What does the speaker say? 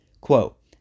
Quote